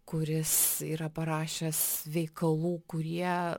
kuris yra parašęs veikalų kurie